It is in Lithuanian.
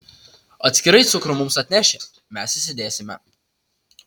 atskirai cukrų mums atneši mes įsidėsime